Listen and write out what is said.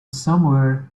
somewhere